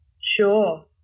Sure